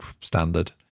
standard